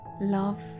Love